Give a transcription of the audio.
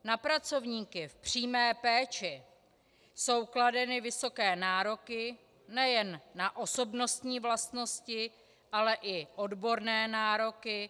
Na pracovníky v přímé péči jsou kladeny vysoké nároky nejen na osobnostní vlastnosti, ale i odborné nároky.